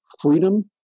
freedom